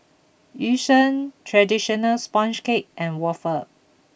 Yu Sheng Traditional Sponge Cake and Waffle